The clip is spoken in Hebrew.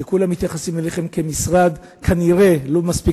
הוא שכולם מתייחסים אליכם כאל משרד כנראה לא מספיק